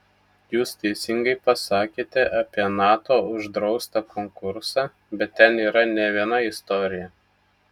jūs teisingai pasakėte apie nato uždraustą konkursą bet ten yra ne viena istorija